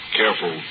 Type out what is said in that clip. careful